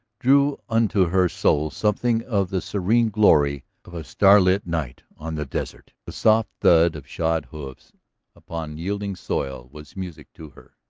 drew into her soul something of the serene glory of a starlit night on the desert. the soft thud of shod hoofs upon yielding soil was music to her,